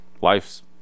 life's